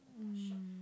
mm